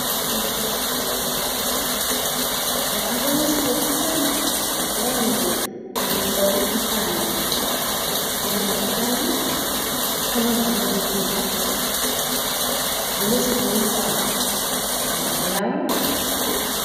Inaonyesha sanduku ya Azomux 500 ambayo ni antibiotiki fana inapatikana kama vidonge sita vilivyofunikwa na filamu.